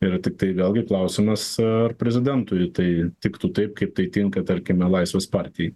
yra tiktai vėlgi klausimas ar prezidentui tai tiktų taip kaip tai tinka tarkime laisvės partijai